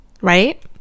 Right